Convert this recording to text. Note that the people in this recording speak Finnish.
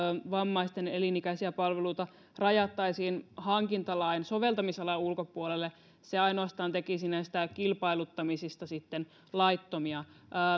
vammaisten elinikäisiä palveluita rajattaisiin hankintalain soveltamisalan ulkopuolelle se ainoastaan tekisi näistä kilpailuttamisista sitten laittomia